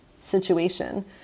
situation